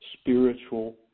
spiritual